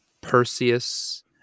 Perseus